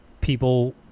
people